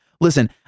listen